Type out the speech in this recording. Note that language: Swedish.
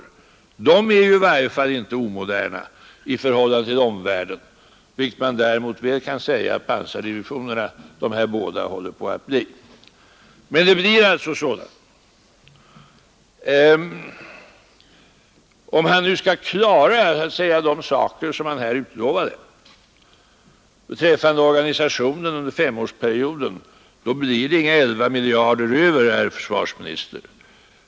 I varje fall är just dessa divisioner inte omoderna i förhållande till omvärlden, vilket man däremot väl kan säga att de nu aktuella pansardivisionerna håller på att bli. Men det kommer alltså ändå till stånd nedläggningar. Om försvarsministern nu skall klara de utfästelser som han här gjorde beträffande organisationen under femårsperioden, blir det inga 11 miljarder över, herr försvarsminister.